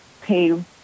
pay